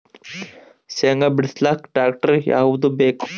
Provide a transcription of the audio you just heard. ಶೇಂಗಾ ಬಿಡಸಲಕ್ಕ ಟ್ಟ್ರ್ಯಾಕ್ಟರ್ ಯಾವದ ಬೇಕು?